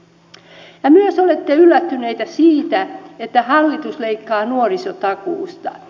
ja myös olette yllättyneitä siitä että hallitus leikkaa nuorisotakuusta